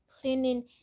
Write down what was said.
cleaning